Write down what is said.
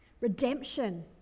Redemption